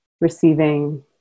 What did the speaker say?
receiving